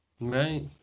Right